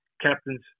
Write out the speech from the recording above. captain's